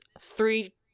three